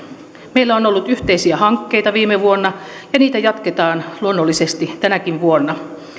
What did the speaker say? meillä on ollut yhteisiä hankkeita viime vuonna ja niitä jatketaan luonnollisesti tänäkin vuonna